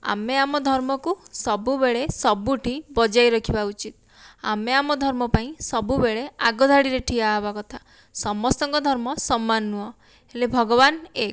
ଆମେ ଆମ ଧର୍ମକୁ ସବୁବେଳେ ସବୁଠି ବଜାୟ ରଖିବା ଉଚିତ୍ ଆମେ ଆମ ଧର୍ମ ପାଇଁ ସବୁବେଳେ ଆଗ ଧାଡ଼ିରେ ଠିଆ ହବା କଥା ସମସ୍ତଙ୍କ ଧର୍ମ ସମାନ ନୁହଁ ହେଲେ ଭଗବାନ ଏକ